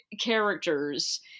characters